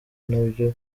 nabyo